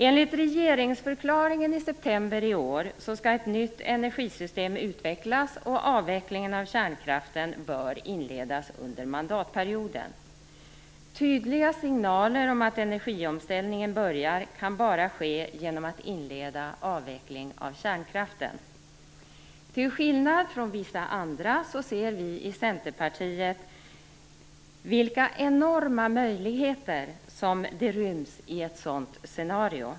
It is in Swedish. Enligt regeringsförklaringen i september i år skall ett nytt energisystem utvecklas, och avvecklingen av kärnkraften bör inledas under mandatperioden. Tydliga signaler om att energiomställningen börjar kan bara komma genom att man inleder avvecklingen av kärnkraften. Till skillnad från vissa andra ser vi i Centerpartiet de enorma möjligheter som ryms i ett sådant scenario.